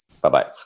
Bye-bye